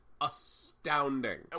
astounding